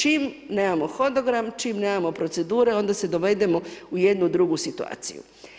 Čim nemamo hodogram, čim nemamo procedure onda se dovedemo u jednu drugu situaciju.